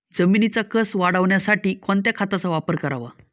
जमिनीचा कसं वाढवण्यासाठी कोणत्या खताचा वापर करावा?